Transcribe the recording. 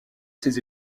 ses